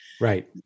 Right